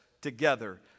together